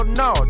no